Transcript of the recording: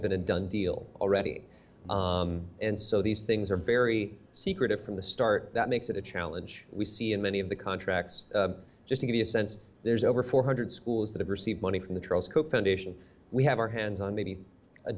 have been a done deal already and so these things are very secretive from the start that makes it a challenge we see in many of the contracts just to give you a sense there's over four hundred schools that have received money from the trolls foundation we have our hands on maybe a